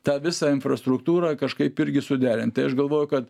tą visą infrastruktūrą kažkaip irgi suderint tai aš galvoju kad